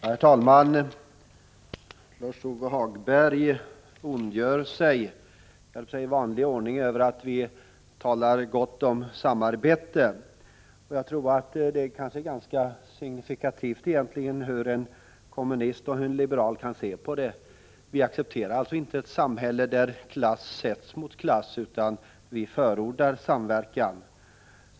Herr talman! Lars-Ove Hagberg ondgör sig i vanlig ordning över att vi talar gott om samarbete. Jag tror att det är ganska signifikativt för hur en kommunist och en liberal kan se på det hela. Vi accepterar alltså inte ett samhälle där klass ställs mot klass, utan vi förordar samverkan.